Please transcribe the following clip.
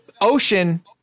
ocean